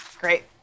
Great